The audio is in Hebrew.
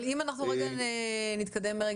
אם נתקדם הלאה,